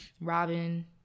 Robin